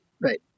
Right